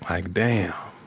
like, damn.